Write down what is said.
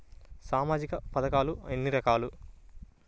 సామాజిక పథకాలు ఎన్ని రకాలు?